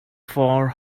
for